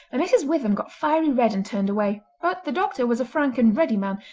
and mrs. witham got fiery red and turned away but the doctor was a frank and ready man,